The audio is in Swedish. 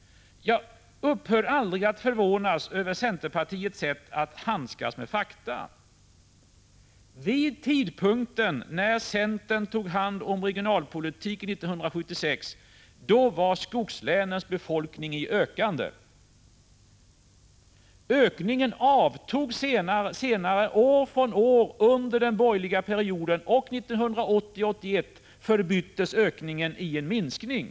Jag upphör aldrig att förvånas över centerpartisternas sätt att handskas med fakta. Vid den tidpunkt 1976 när centern tog hand om regionalpolitiken var skogslänens befolkning i ökande. Ökningen avtog sedan år från år under den borgerliga perioden, och 1980-1981 förbyttes ökningen i en minskning.